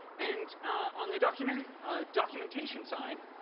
and on the documentation documentation side,